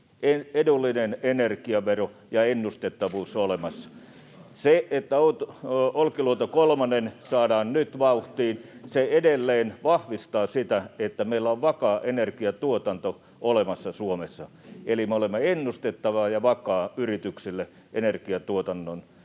edullinen energiavero ja ennustettavuus olemassa. Se, että Olkiluoto 3 saadaan nyt vauhtiin, edelleen vahvistaa sitä, että meillä on vakaa energiatuotanto olemassa Suomessa, eli me olemme ennustettava ja vakaa yrityksille energiantuotannon ja